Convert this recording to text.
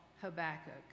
Habakkuk